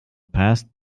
past